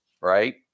Right